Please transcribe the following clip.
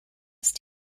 ist